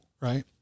Right